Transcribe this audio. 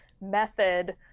method